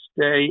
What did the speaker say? stay